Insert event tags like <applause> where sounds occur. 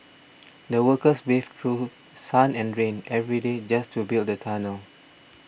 <noise> the workers braved through sun and rain every day just to build the tunnel